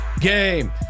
game